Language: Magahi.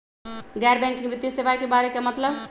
गैर बैंकिंग वित्तीय सेवाए के बारे का मतलब?